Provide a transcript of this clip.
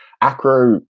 acro